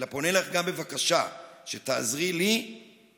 אלא פונה אלייך גם בבקשה שתעזרי לי בדיון